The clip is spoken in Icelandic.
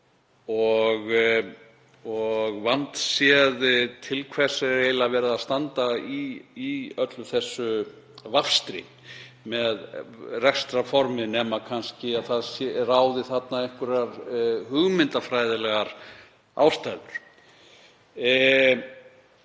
og vandséð til hvers er eiginlega verið að standa í öllu þessu vafstri með rekstrarformið nema kannski að þarna ráði einhverjar hugmyndafræðilegar ástæður.